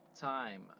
time